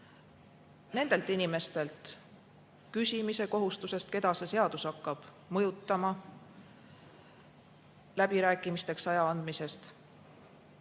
nendelt inimestelt küsimise kohustusest, keda see seadus hakkab mõjutama, läbirääkimisteks aja andmisest.